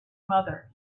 mother